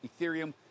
Ethereum